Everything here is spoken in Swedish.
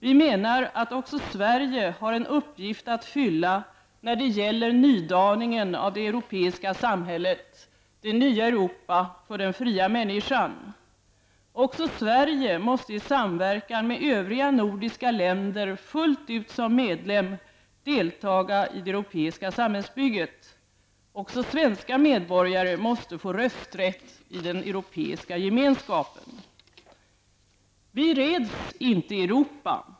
Vi menar att också Sverige har en uppgift att fylla när det gäller nydaningen av det europeiska samhället -- det nya Europa, för den fria människan. Också Sverige måste i samverkan med övriga nordiska länder fullt ut som medlem delta i det europeiska samhällsbygget. Också svenska medborgare måste få rösträtt i Europeiska gemenskapen. Vi räds inte Europa!